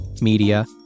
media